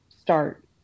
start